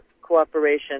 cooperation